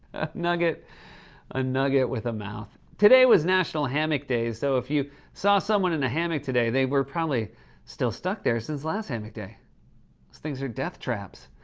nugget a nugget with a mouth. today was national hammock day. so if you saw someone in a hammock today, they were probably still stuck there since last hammock day. those things are death traps.